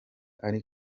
ari